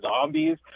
zombies